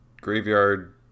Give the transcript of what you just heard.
Graveyard